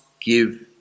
give